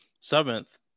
seventh